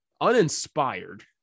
uninspired